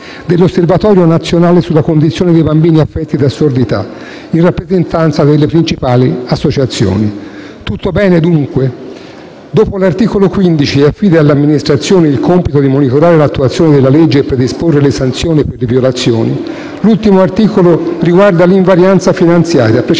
dell'Osservatorio nazionale sulla condizione dei bambini affetti da sordità, in rappresentanza delle principali associazioni. Tutto bene, dunque? Dopo l'articolo 13, che affida al Governo il compito di monitorare l'attuazione della legge e predisporre le sanzioni per le violazioni, l'ultimo articolo, che riguarda l'invarianza finanziaria, precisa